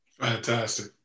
Fantastic